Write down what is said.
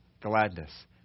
gladness